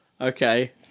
Okay